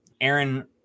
Aaron